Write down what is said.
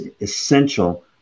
essential